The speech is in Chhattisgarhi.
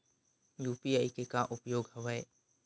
यू.पी.आई के का उपयोग हवय?